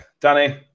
Danny